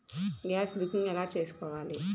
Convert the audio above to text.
Gas booking ఎలా చేసుకోవాలి?